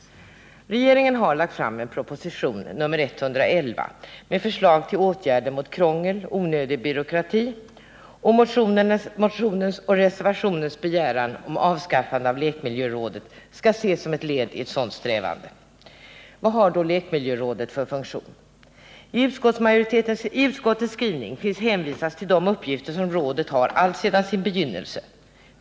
Regeringen har lagt fram en proposition, nr 111, med förslag till åtgärder mot krångel och onödig byråkrati. Motionens och reservationens begäran om avskaffande av lekmiljörådet skall ses som ett led i ett sådant strävande. Vad har då lekmiljörådet för funktion? I utskottets skrivning hänvisas till de uppgifter som rådet har alltsedan sin begynnelse.